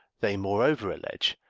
they moreover allege,